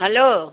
hello